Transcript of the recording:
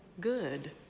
good